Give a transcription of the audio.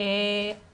כמו שאמרתי,